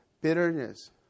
bitterness